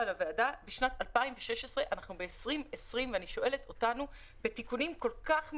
לוועדה היה בשנת 2016 ואנחנו בשנת 2020. תיקונים כל כך מינוריים,